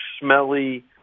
smelly